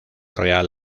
real